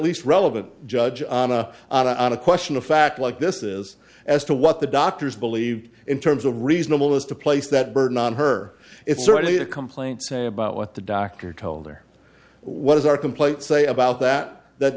least relevant judge on a on a question of fact like this is as to what the doctors believe in terms of reasonable is to place that burden on her it's certainly a complaint say about what the doctor told her what is our complaint say about that that